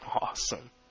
Awesome